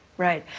right,